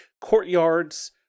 courtyards